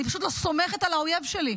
אני פשוט לא סומכת על האויב שלי.